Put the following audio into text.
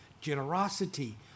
generosity